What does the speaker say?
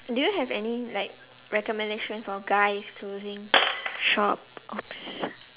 do you have any like recommendation for guys clothing shops